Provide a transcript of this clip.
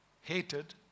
hated